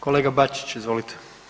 Kolega Bačić, izvolite.